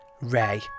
Ray